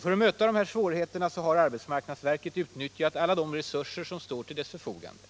För att möta de här svårigheterna har arbetsmarknadsverket utnyttjat alla de resurser som står till dess förfogande.